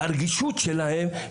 הרגישות שלהם,